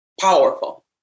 powerful